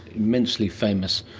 immensely famous,